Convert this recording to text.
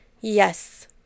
Yes